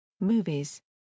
Movies